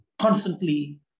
constantly